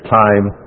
time